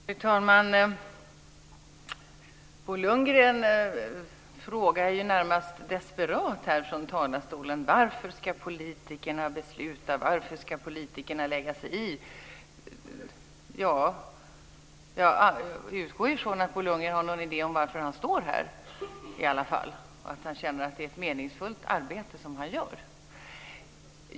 Fru talman! Bo Lundgren frågar, närmast desperat, här från talarstolen: Varför ska politikerna besluta? Varför ska politikerna lägga sig i? Ja, jag utgår från att Bo Lundgren har någon idé om varför han står här och att han känner att det är ett meningsfullt arbete som han gör.